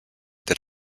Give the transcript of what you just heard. that